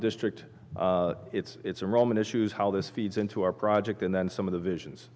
district it's a roman issues how this feeds into our project and then some of the visions